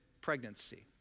pregnancy